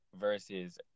versus